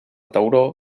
tauró